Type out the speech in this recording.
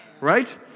Right